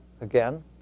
again